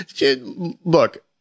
look